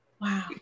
Wow